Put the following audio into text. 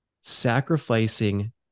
sacrificing